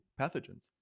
pathogens